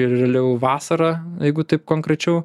realiau vasarą jeigu taip konkrečiau